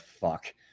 fuck